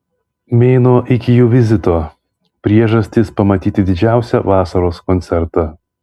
mėnuo iki jų vizito priežastys pamatyti didžiausią vasaros koncertą